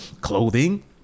clothing